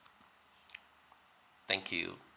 thank you